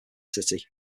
city